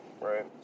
right